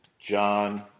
John